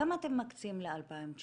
כמה אתם מקצים ל-2019